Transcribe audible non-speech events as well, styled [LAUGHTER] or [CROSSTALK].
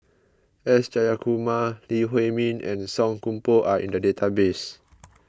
S Jayakumar Lee Huei Min and Song Koon Poh are in the database [NOISE]